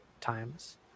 times